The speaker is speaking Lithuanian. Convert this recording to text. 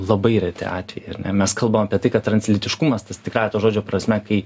labai reti atvejai ar ne mes kalbam apie tai kad translytiškumas tas tikrąja to žodžio prasme kai